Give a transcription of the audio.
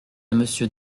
monsieur